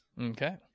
Okay